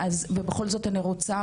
ובכל זאת אני רוצה,